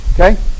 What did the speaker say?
Okay